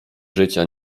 życia